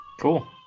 Cool